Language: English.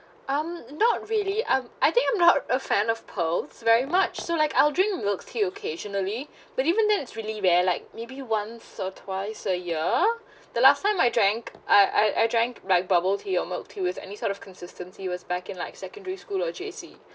I'm not really I'm I think I'm not a fan of pearls very much so like I'll drink milk tea occasionally but even that's really rare like maybe once or twice a year the last time I drank I I I drank like bubble tea or milk tea with any sort of consistency was back in like secondary school or J_C